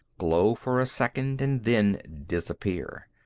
glow for a second, and then disappear.